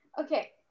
Okay